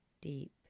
deep